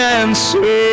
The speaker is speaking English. answer